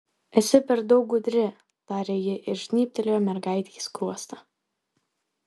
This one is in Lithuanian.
esi per daug gudri tarė ji ir žnybtelėjo mergaitei skruostą